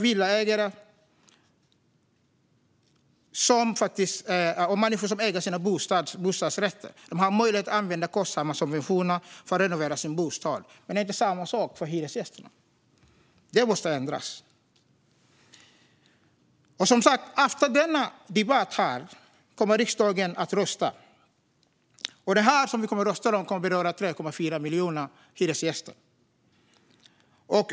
Villaägare och människor som äger sina bostadsrätter har i dag möjlighet att använda kostsamma subventioner för att renovera sin bostad, men det är inte samma sak för hyresgästerna. Detta måste ändras. Efter denna debatt kommer riksdagen att rösta, och det som vi ska rösta om kommer att beröra 3,4 miljoner hyresgäster.